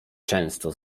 często